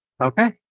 Okay